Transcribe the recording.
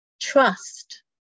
Trust